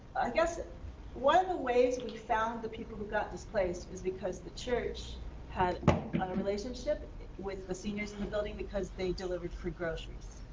i guess one of the ways we found the people who got displaced is because the church had a relationship with the seniors in the building, because they delivered free groceries.